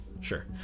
Sure